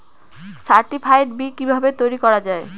Certified বি কিভাবে তৈরি করা যায়?